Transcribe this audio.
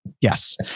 Yes